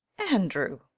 andrew!